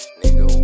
nigga